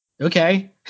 Okay